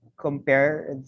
compare